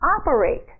operate